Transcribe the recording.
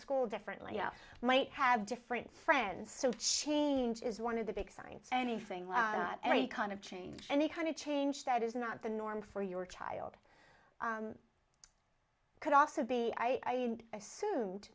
school differently might have different friends so change is one of the big signs anything like any kind of change any kind of change that is not the norm for your child could also be i assume